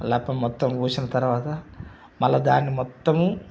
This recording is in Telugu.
లప్పం మొత్తం పూసిన తర్వాత మళ్ళా దాన్ని మొత్తము